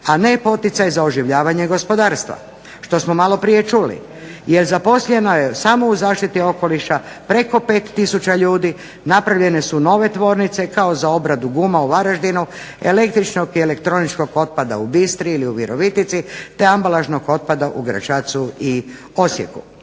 a ne poticaj za oživljavanje gospodarstva što smo malo prije čuli. Jer zaposleno je samo u zaštiti okoliša preko 5000 ljudi, napravljene su nove tvornice kao za obradu guma u Varaždinu, električnog i elektroničkog otpada u Bistri ili u Virovitici, te ambalažnog otpada u Gračacu i Osijeku.